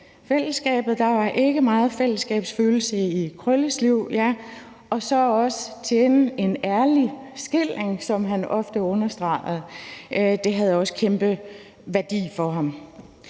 der var ikke meget fællesskabsfølelse i Krølles liv – og ja, så også tjene en ærlig skilling, som han ofte understregede. Det havde også kæmpe værdi for ham.